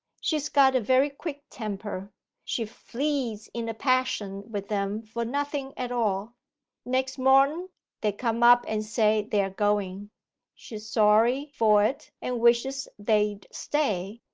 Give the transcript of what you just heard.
she's got a very quick temper she flees in a passion with them for nothing at all next mornen they come up and say they are going she's sorry for it and wishes they'd stay,